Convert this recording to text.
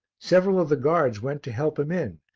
several of the guards went to help him in,